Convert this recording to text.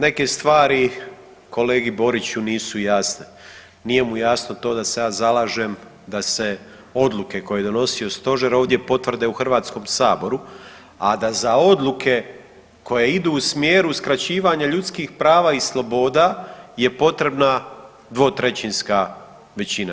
Neke stvari kolegi Boriću nisu jasne, nije mu jasno to da se ja zalažem da se odluke koje je donosio stožer ovdje potvrde u HS-u, a da za odluke koje idu u smjeru uskraćivanja ljudskih prava i sloboda je potrebna dvotrećinska većina.